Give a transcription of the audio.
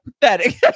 pathetic